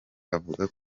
avuga